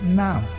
now